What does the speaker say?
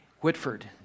Whitford